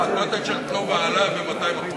ה"קוטג'" של "תנובה" עלה ב-200%.